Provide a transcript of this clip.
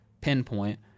pinpoint